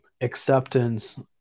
acceptance